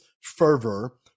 fervor